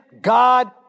God